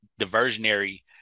diversionary